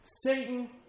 Satan